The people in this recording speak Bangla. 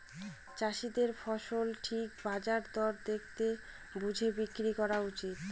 চাষীদের ফসল ঠিক বাজার দর দেখে বুঝে বিক্রি করা উচিত